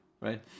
Right